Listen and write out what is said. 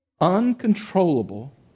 Uncontrollable